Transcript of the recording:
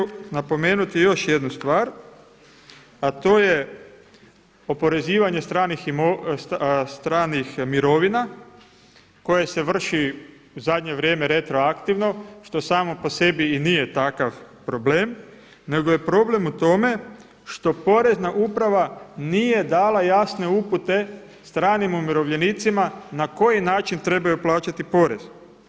Također bih htio napomenuti još jednu stvar a to je oporezivanje stranih mirovina koje se vrši u zadnje vrijeme retroaktivno što samo po sebi i nije takav problem nego je problem u tome što porezna uprava nije dala jasne upute stranim umirovljenicima na koji način trebaju plaćati porez.